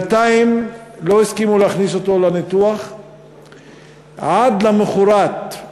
לא הסכימו להכניס אותו לניתוח עד למחרת.